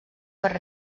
per